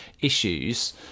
issues